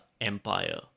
empire